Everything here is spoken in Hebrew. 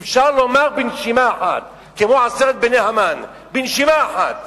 הוא מבין בדיוק את האסון של עם ישראל ושל העם היהודי בחוק